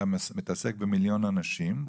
אתה מתעסק במיליון אנשים,